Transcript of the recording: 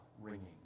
ringing